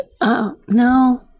No